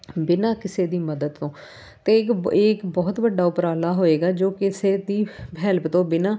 ਬਿਨਾਂ ਕਿਸੇ ਦੀ ਮੱਦਦ ਤੋਂ ਅਤੇ ਇਕ ਇਹ ਇੱਕ ਬਹੁਤ ਵੱਡਾ ਉਪਰਾਲਾ ਹੋਏਗਾ ਜੋ ਕਿਸੇ ਦੀ ਹੈਲਪ ਤੋਂ ਬਿਨਾਂ